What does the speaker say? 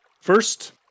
First